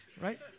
Right